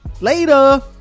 later